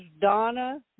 Donna